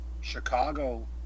Chicago